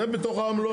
זה בתוך העמלות.